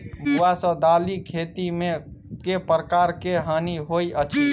भुआ सँ दालि खेती मे केँ प्रकार केँ हानि होइ अछि?